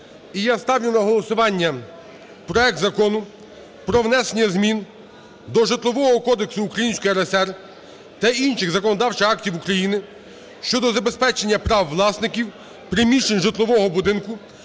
я ставлю на голосування проект Закону про внесення змін до Житлового кодексу Української РСР та інших законодавчих актів України щодо забезпечення прав власників приміщень житлового будинку